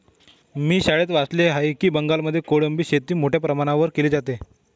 मी शाळेत वाचले आहे की बंगालमध्ये कोळंबी शेती मोठ्या प्रमाणावर केली जाते